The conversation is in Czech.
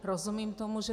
Rozumím tomu, že